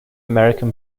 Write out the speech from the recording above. american